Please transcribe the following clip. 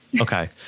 Okay